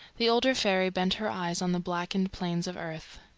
the older fairy bent her eyes on the blackened plains of earth.